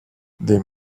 des